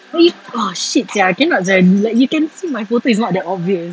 eh you !wah! shit sia cannot sia like you can see my whole face it's not that obvious